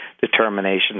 determinations